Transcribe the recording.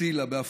צילה, בעפולה.